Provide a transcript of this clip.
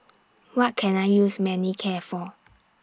What Can I use Manicare For